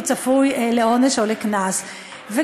והוא צפוי לעונש או לקנס.